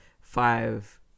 five